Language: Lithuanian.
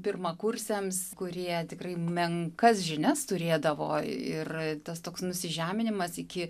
pirmakursiams kurie tikrai menkas žinias turėdavo ir tas toks nusižeminimas iki